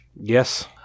Yes